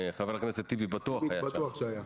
חבר הכנסת טיבי בטוח היה שם.